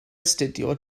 astudio